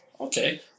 Okay